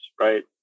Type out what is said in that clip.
right